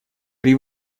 при